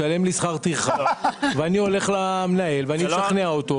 משלם לי שכר טרחה ואני הולך למנהל ומשכנע אותו.